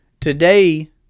today